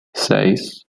seis